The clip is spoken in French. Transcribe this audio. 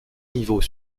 niveaux